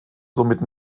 somit